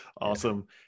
Awesome